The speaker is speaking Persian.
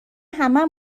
همه